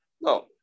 No